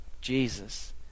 Jesus